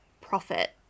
profit